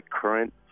current